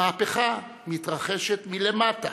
מהפכה מתרחשת מלמטה,